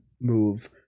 move